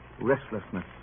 restlessness